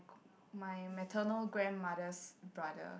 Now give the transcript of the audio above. my maternal grandmother's brother